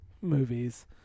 movies